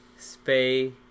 Spay